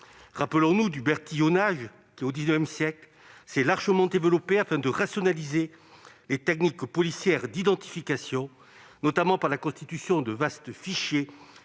Rappelons-nous du « bertillonnage », qui, au XIX siècle, s'est largement développé afin de rationaliser les techniques policières d'identification, notamment par la constitution de vastes fichiers